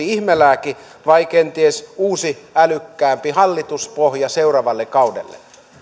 ihmelääke vai kenties uusi älykkäämpi hallituspohja seuraavalle kaudelle